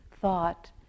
thought